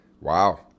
wow